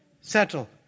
Settle